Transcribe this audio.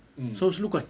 um